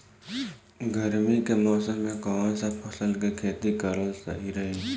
गर्मी के मौषम मे कौन सा फसल के खेती करल सही रही?